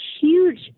huge